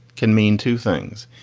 can mean two things.